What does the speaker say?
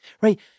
right